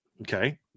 Okay